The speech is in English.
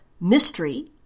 mystery